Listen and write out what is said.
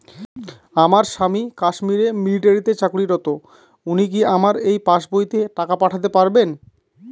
আমার স্বামী কাশ্মীরে মিলিটারিতে চাকুরিরত উনি কি আমার এই পাসবইতে টাকা পাঠাতে পারবেন?